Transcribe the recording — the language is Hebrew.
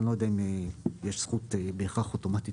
אני לא יודע אם יש זכות בהכרח אוטומטית